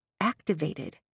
activated